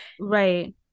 Right